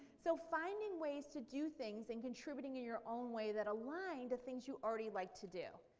so finding ways to do things and contributing in your own way that align to things you already like to do.